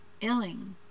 Illing